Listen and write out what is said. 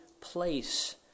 place